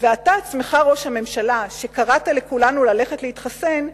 ואתה עצמך, ראש הממשלה, שקראת לכולנו ללכת להתחסן,